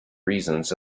reasons